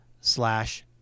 slash